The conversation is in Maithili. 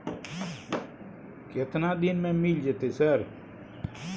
केतना दिन में मिल जयते सर?